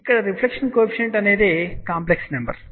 ఇక్కడ reflection coefficient అనేది complex number